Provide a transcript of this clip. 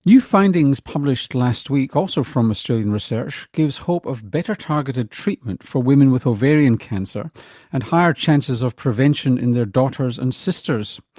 new findings published last week also from australian research gives hope of better targeted treatment for women with ovarian cancer and higher chances of prevention in their daughters and sisters.